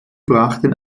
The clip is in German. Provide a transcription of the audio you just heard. brachten